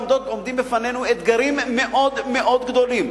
עומדים בפנינו אתגרים מאוד גדולים,